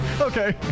Okay